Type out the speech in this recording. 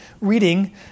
reading